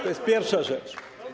To jest pierwsza rzecz.